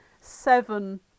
seven